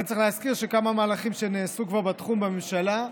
כן צריך להזכיר כמה מהלכים שנעשו כבר בתחום בממשלה.